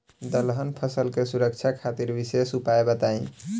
दलहन फसल के सुरक्षा खातिर विशेष उपाय बताई?